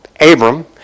Abram